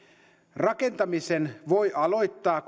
rakentamisen voi aloittaa